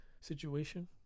situation